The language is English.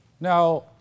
Now